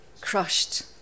crushed